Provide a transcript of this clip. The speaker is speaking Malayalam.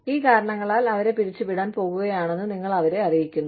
ഈ കാരണങ്ങളാൽ അവരെ പിരിച്ചുവിടാൻ പോകുകയാണെന്ന് നിങ്ങൾ അവരെ അറിയിക്കുന്നു